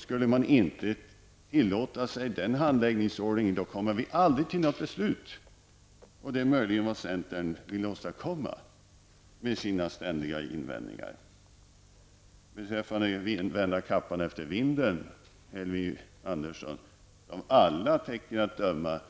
Skulle man inte tillåta sig den handläggningsordningen skulle vi aldrig komma till något beslut. Detta är möjligen vad centern vill åstadkomma med sina ständiga invändningar. Andersson, är det av alla tecken att döma